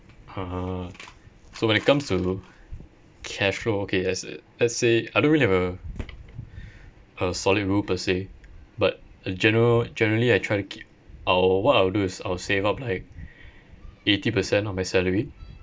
uh so when it comes to cash flow okay as let's say I don't really have a a solid rule per se but a general generally I try to keep I'll what I'll do is I'll save up like eighty percent of my salary